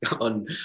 on